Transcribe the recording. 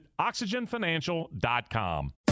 OxygenFinancial.com